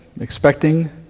expecting